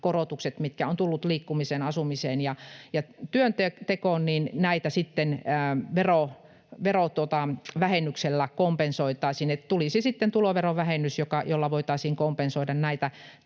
korotuksia, mitkä ovat tulleet liikkumiseen, asumiseen ja työntekoon, sitten verovähennyksellä kompensoitaisiin. Tulisi sitten tuloverovähennys, jolla voitaisiin kompensoida näitä